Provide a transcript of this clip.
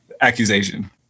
accusation